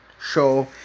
show